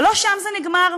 ולא שם זה נגמר.